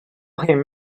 him